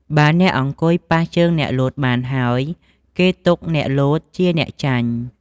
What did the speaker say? បើអ្នកអង្គុយប៉ះជើងអ្នកលោតបានហើយ គេទុកអ្នកលោតជាអ្នកចាញ់